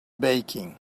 baking